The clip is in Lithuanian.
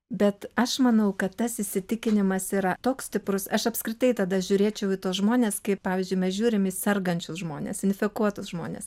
bet aš manau kad tas įsitikinimas yra toks stiprus aš apskritai tada žiūrėčiau į tuos žmones kaip pavyzdžiui mes žiūrim į sergančius žmones infekuotus žmones